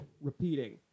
repeating